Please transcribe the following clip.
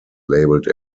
labelled